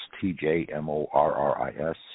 t-j-m-o-r-r-i-s